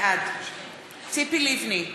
בעד ציפי לבני,